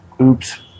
oops